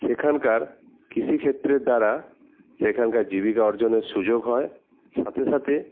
সেখানকার কৃষি ক্ষেত্রের দ্বারা সেখানকার জীবিকা অর্জনের সুযোগ হয় সাথে সাথে